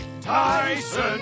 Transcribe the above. Tyson